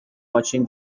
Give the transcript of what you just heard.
watching